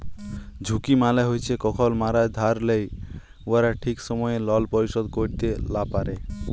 ঝুঁকি মালে হছে কখল যারা ধার লেই উয়ারা ঠিক সময়ে লল শোধ ক্যইরতে লা পারে